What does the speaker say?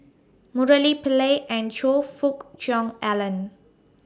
Murali Pillai and Choe Fook Cheong Alan